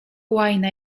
łajna